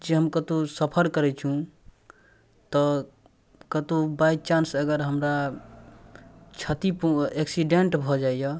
जे हम कतहु सफर करै छी तऽ कतहु बाइचान्स अगर हमरा क्षति एक्सिडेन्ट भऽ जाइए